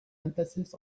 emphasis